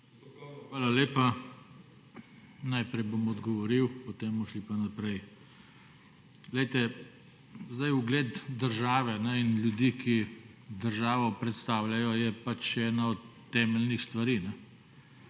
iz klopi/ Najprej bom odgovoril, potem bomo šli pa naprej. Poglejte, sedaj ugled države in ljudi, ki državo predstavljajo je pač ena od temeljnih stvari.